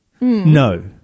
no